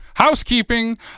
housekeeping